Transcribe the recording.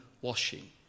washing